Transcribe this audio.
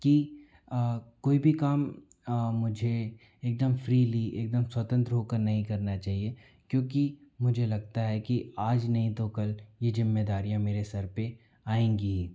की कोई भी काम मुझे एकदम फ्रीली एकदम स्वतंत्र होकर नहीं करना चाहिए क्योंकि मुझे लगता है की आज नहीं तो कल ये जिम्मेदारियाँ मेरे सिर पे आएंगी ही